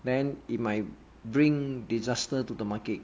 then it might bring disaster to the market